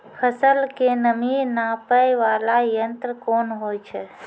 फसल के नमी नापैय वाला यंत्र कोन होय छै